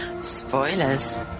Spoilers